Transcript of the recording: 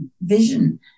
vision